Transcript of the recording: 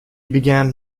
began